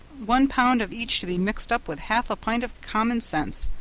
one pound of each to be mixed up with half a pint of common sense,